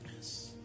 Yes